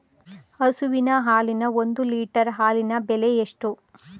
ಹಸುವಿನ ಹಾಲಿನ ಒಂದು ಲೀಟರ್ ಹಾಲಿನ ಬೆಲೆ ಎಷ್ಟು?